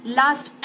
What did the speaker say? last